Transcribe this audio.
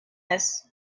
this